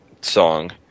song